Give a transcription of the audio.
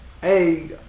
Hey